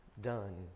done